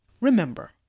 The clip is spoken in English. Remember